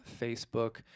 Facebook